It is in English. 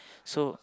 so